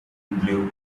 blue